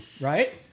Right